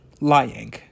lying